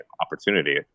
opportunity